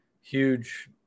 huge –